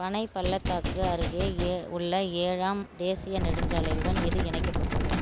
பனை பள்ளத்தாக்கு அருகே ஏ உள்ள ஏழாம் தேசிய நெடுஞ்சாலையுடன் இது இணைக்கப்பட்டுள்ளது